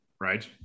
Right